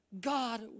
God